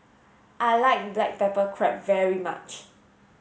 I like black pepper crab very much